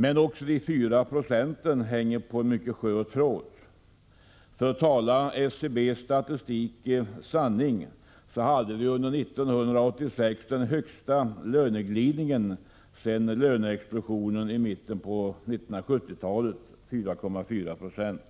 Men också de fyra procenten hänger på en mycket skör tråd. För talar SCB:s statistik sanning, så hade vi under 1986 den högsta löneglidningen sedan löneexplosionen i mitten av 1970-talet, 4,4